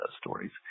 stories